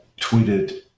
tweeted